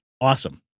Awesome